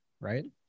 Right